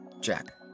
Jack